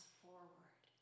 forward